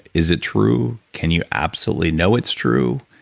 is it true? can you absolutely know it's true?